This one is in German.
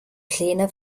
pläne